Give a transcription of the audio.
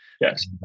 yes